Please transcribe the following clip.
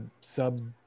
sub